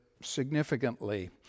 significantly